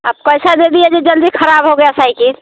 आप कैसा दे दिए जो जल्दी खराब हो गया साइकिल